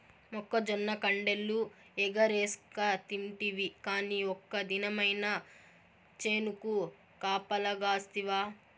మొక్కజొన్న కండెలు ఎగరేస్కతింటివి కానీ ఒక్క దినమైన చేనుకు కాపలగాస్తివా